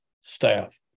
staff